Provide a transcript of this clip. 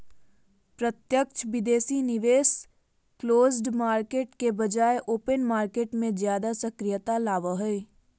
प्रत्यक्ष विदेशी निवेश क्लोज्ड मार्केट के बजाय ओपन मार्केट मे ज्यादा सक्रियता लाबो हय